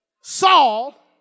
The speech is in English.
Saul